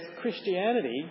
Christianity